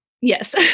Yes